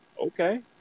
Okay